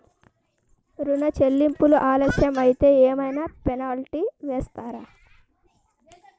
ఋణ చెల్లింపులు ఆలస్యం అయితే ఏమైన పెనాల్టీ వేస్తారా?